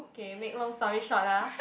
okay make long story short ah